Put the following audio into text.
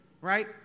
right